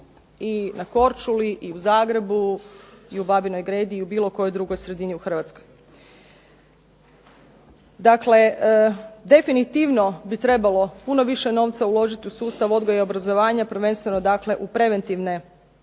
i na Korčuli, Zagrebu, Babinoj Gredi i u bilo kojoj drugoj sredini u Hrvatskoj. Dakle, definitivno bi trebalo puno više novca uložiti u sustav odgoja i obrazovanja, prvenstveno u preventivne